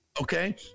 Okay